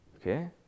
okay